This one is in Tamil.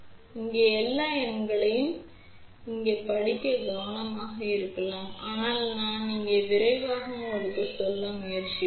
இப்போது எல்லா எண்களையும் இங்கே படிக்க கடினமாக இருக்கலாம் ஆனால் நான் இங்கே விரைவாக உங்களுக்கு சொல்ல முயற்சிப்பேன்